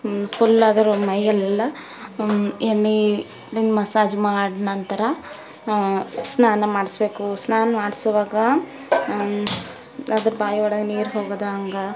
full ಅದರ ಮೈಯ್ಯಲ್ಲೆಲ್ಲ ಎಣ್ಣೆ ಮಸಾಜ್ ಮಾಡಿ ನಂತರ ಸ್ನಾನ ಮಾಡಿಸ್ಬೇಕು ಸ್ನಾನ ಮಾಡಿಸುವಾಗ ಅದಕ್ಕೆ ಬಾಯಿಯೊಳಗೆ ನೀರು ಹೋಗದಾಂಗೆ